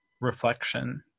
reflection